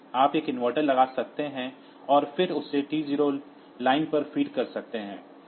आप एक इन्वर्टर लगा सकते हैं और फिर उसे T0 लाइन पर फीड कर सकते हैं